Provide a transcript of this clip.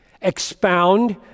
expound